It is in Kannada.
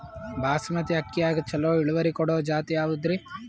ಬಾಸಮತಿ ಅಕ್ಕಿಯಾಗ ಚಲೋ ಇಳುವರಿ ಕೊಡೊ ಜಾತಿ ಯಾವಾದ್ರಿ?